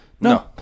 No